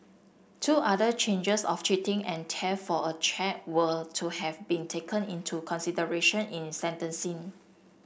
two other changes of cheating and theft for a cheque were to have been taken into consideration in in sentencing